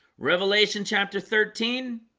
revelation chapter thirteen